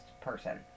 person